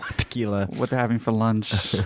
tequila. what they're having for lunch.